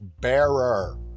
bearer